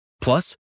Plus